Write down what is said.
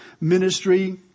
ministry